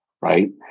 right